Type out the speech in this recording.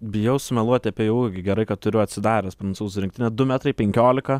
bijau sumeluoti apie jo ūgį gerai kad turiu atsidaręs prancūzų rinktinę du metrai penkiolika